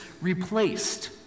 replaced